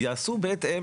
באירופה זה הכל אירופה.